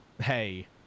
hey